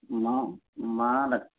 नाम माणारत